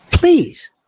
Please